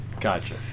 Gotcha